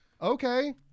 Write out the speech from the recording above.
Okay